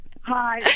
Hi